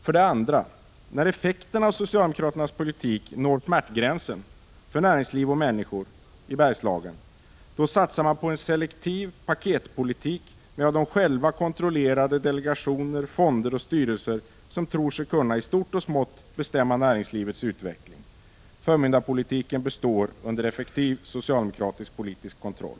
För det andra: När effekten av socialdemokraternas politik når smärtgränsen för näringsliv och människor i Bergslagen satsar man på en selektiv paketpolitik och kontrollerar själv delegationer, fonder och styrelser som tror sig i stort och smått kunna bestämma näringslivets utveckling. Förmyndarpolitiken består under effektiv socialdemokratisk politisk kontroll.